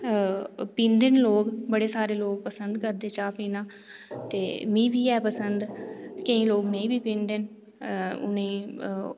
पींदे न लोक बड़े सारे लोक पसंद करदे चाह् पीना ते मिगी बी ऐ पसंद केईं लोक नेईं बी पींदे न उ'नेंगी